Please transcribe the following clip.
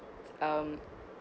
um